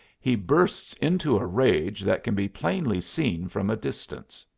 he bursts into a rage that can be plainly seen from a distance.